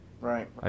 Right